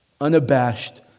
Unabashed